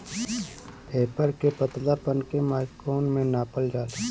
paper के पतलापन के माइक्रोन में नापल जाला